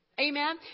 Amen